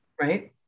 right